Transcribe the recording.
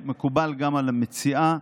שמקובל גם על המציעה,